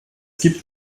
gibt